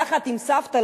יחד עם סבתא,